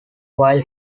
while